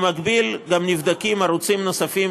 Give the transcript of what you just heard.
במקביל נבדקים ערוצים נוספים,